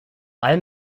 allem